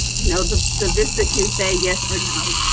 you know the the vista can say yes or no.